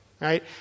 Right